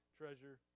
treasure